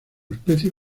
especie